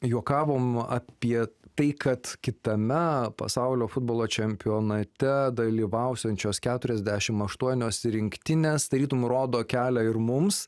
juokavome apie tai kad kitame pasaulio futbolo čempionate dalyvausiančios keturiasdešim aštuonios rinktinės tarytum rodo kelią ir mums